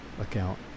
account